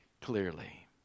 clearly